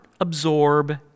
absorb